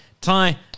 Ty